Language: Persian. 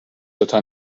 دوتا